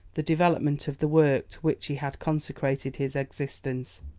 the development of the work to which he had consecrated his existence.